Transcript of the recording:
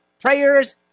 prayers